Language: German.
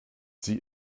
sie